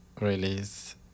release